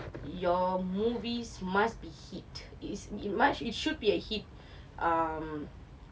your movies must be hit is it must it should be a hit um